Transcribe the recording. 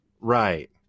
right